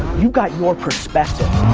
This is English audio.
you got your perspective.